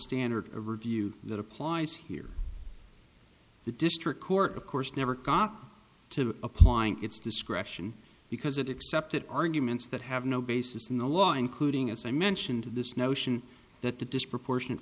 standard of review that applies here the district court of course never cocked to applying its discretion because it accepted arguments that have no basis in the law including as i mentioned this notion that the disproportionate